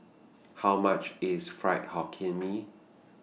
How much IS Fried Hokkien Mee